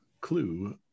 clue